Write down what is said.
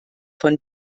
von